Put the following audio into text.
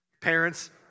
Parents